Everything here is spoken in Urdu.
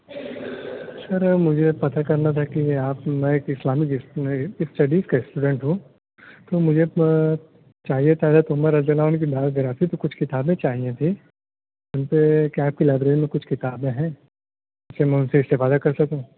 سر مجھے پتا کرنا تھا کہ آپ میں ایک اسلامک اسٹڈی میں اسٹڈیز کا اسٹوڈینٹ ہوں تو مجھے چاہیے تھا حضرت عمر رضی اللہ عنہ کی بایوگرافی تو کچھ کتابیں چاہیے تھیں ان پہ کیا کوئی لائبریری میں کچھ کتابیں ہیں جس سے میں ان سے استفادہ کر سکوں